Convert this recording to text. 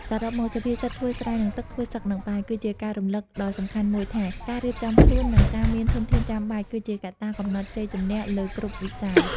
សរុបមក សុភាសិត ធ្វើស្រែនឹងទឹក ធ្វើសឹកនឹងបាយ គឺជាការរំលឹកដ៏សំខាន់មួយថា ការរៀបចំខ្លួន និងការមានធនធានចាំបាច់ គឺជាកត្តាកំណត់ជ័យជម្នះលើគ្រប់វិស័យ។